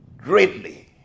greatly